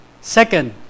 Second